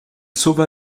sauva